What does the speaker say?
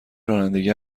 رانندگی